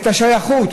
את השייכות,